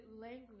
language